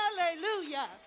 Hallelujah